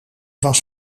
was